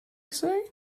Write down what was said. say